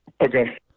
Okay